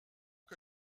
que